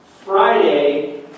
Friday